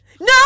No